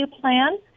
Plan